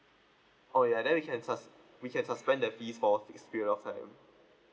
oh ya then we can sus~ we can suspend that fee for this period of time